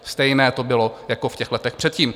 Stejné to bylo jako v letech předtím.